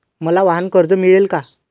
मला वाहनकर्ज मिळेल का?